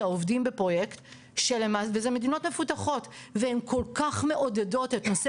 עובדים בפרויקט וזה מדינות מפותחות והם כל כך מעודדות את נושא